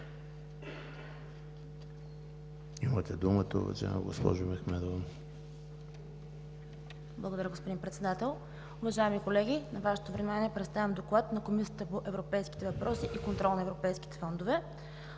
Имате думата, уважаема госпожо Мехмедова. ДОКЛАДЧИК ИМРЕН МЕХМЕДОВА: Благодаря, господин Председател. Уважаеми колеги, на Вашето внимание представям Доклад на Комисията по европейските въпроси и контрол на европейските фондове: